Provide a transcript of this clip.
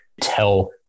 tell